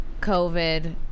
COVID